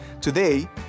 Today